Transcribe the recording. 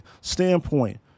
standpoint